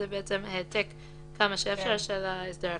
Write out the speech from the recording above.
זה העתק ככל האפשר של ההסדר הקודם.